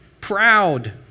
proud